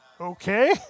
Okay